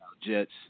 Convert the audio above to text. jets